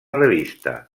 revista